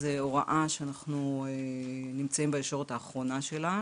זו הוראה שאנחנו נמצאים בישורת האחרונה שלה,